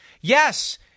Yes